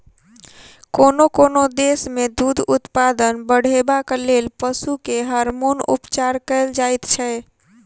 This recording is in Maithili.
कोनो कोनो देश मे दूध उत्पादन बढ़ेबाक लेल पशु के हार्मोन उपचार कएल जाइत छै